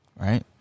right